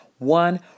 One